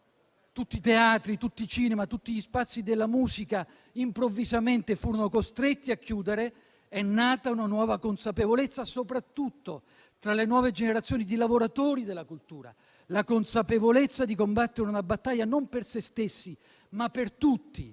tutti i teatri, tutti i cinema e tutti gli spazi della musica improvvisamente furono costretti a chiudere, è nata una nuova consapevolezza, soprattutto tra le nuove generazioni di lavoratori della cultura: la consapevolezza di combattere una battaglia non per se stessi, ma per tutti.